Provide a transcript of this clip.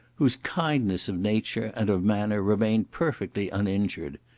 whose kindness of nature and of manner remained perfectly uninjured.